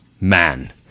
man